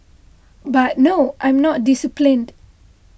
but no I'm not disciplined